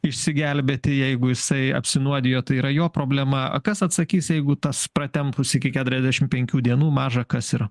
išsigelbėti jeigu jisai apsinuodijo tai yra jo problema a kas atsakys jeigu tas pratempus iki keturiasdešimt penkių dienų dienų maža kas ir